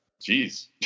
Jeez